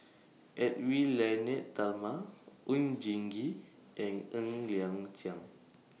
Edwy Lyonet Talma Oon Jin Gee and Ng Liang Chiang